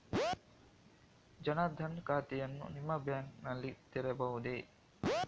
ಜನ ದನ್ ಖಾತೆಯನ್ನು ನಿಮ್ಮ ಬ್ಯಾಂಕ್ ನಲ್ಲಿ ತೆರೆಯಬಹುದೇ?